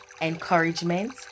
Encouragement